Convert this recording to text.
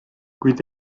kuid